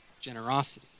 generosity